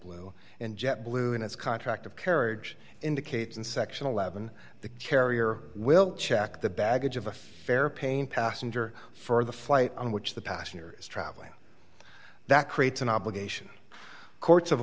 blue and jet blue in its contract of carriage indicates in section eleven the carrier will check the baggage of a fare pain passenger for the flight on which the past year is traveling that creates an obligation courts of